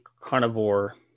carnivore